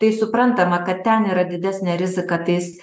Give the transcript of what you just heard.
tai suprantama kad ten yra didesnė rizika tais